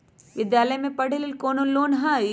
विद्यालय में पढ़े लेल कौनो लोन हई?